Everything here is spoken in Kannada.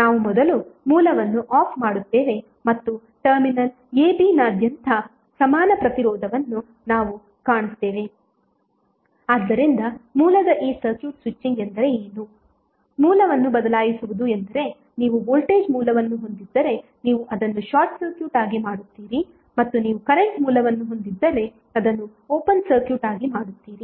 ನಾವು ಮೊದಲು ಮೂಲವನ್ನು ಆಫ್ ಮಾಡುತ್ತೇವೆ ಮತ್ತು ಟರ್ಮಿನಲ್ AB ನಾದ್ಯಂತ ಸಮಾನ ಪ್ರತಿರೋಧವನ್ನು ನಾವು ಕಾಣುತ್ತೇವೆ ಆದ್ದರಿಂದ ಮೂಲದ ಈ ಸರ್ಕ್ಯೂಟ್ ಸ್ವಿಚಿಂಗ್ ಎಂದರೆ ಏನು ಮೂಲವನ್ನು ಬದಲಾಯಿಸುವುದು ಎಂದರೆ ನೀವು ವೋಲ್ಟೇಜ್ ಮೂಲವನ್ನು ಹೊಂದಿದ್ದರೆ ನೀವು ಅದನ್ನು ಶಾರ್ಟ್ ಸರ್ಕ್ಯೂಟ್ ಆಗಿ ಮಾಡುತ್ತೀರಿ ಮತ್ತು ನೀವು ಕರೆಂಟ್ ಮೂಲವನ್ನು ಹೊಂದಿದ್ದರೆ ಅದನ್ನು ಓಪನ್ ಸರ್ಕ್ಯೂಟ್ ಆಗಿ ಮಾಡುತ್ತೀರಿ